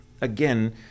again